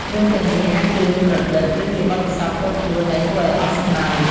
រឿងទាំងនេះអាចជារឿងប្រឌិត ឬជាបទពិសោធន៍ផ្ទាល់ខ្លួនដែលគួរឱ្យអស់សំណើច។